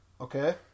Okay